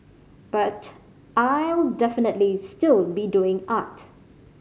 but I'll definitely still be doing art